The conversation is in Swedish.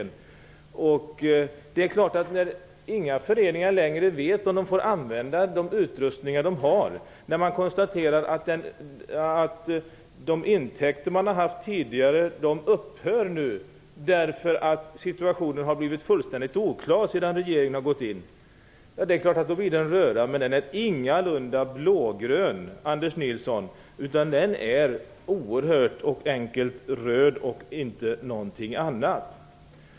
När inte föreningarna längre vet om de får använda de utrustningar som de har och när de intäkter som de tidigare har haft nu upphör därför att situationen har blivit fullständigt oklar sedan regeringen har gått in, är det klart att det blir en röra. Men den är ingalunda blå-grön, Anders Nilsson, utan den är helt enkelt oerhört röd och inte någonting annat.